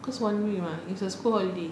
cause one week [what] it's a school holiday